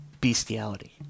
Bestiality